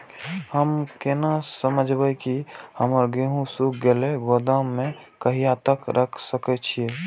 हम केना समझबे की हमर गेहूं सुख गले गोदाम में कहिया तक रख सके छिये?